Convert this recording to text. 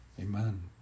Amen